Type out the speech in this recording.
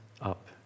up